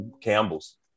Campbell's